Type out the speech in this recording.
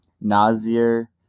Nazir